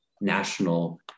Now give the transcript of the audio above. national